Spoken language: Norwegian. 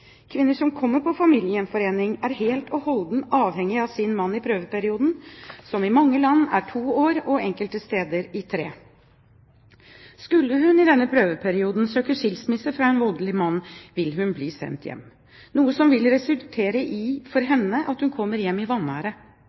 Kvinner som kommer på familiegjenforening, er helt og holdent avhengig av sin mann i prøveperioden, som i mange land er to år og enkelte steder tre år. Skulle hun i denne prøveperioden søke skilsmisse fra en voldelig mann, vil hun bli sendt hjem, noe som for henne vil resultere i at hun kommer hjem i vanære.